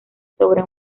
sobre